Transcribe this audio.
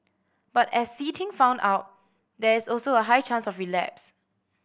but as See Ting found out there is also a high chance of relapse